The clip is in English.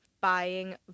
buying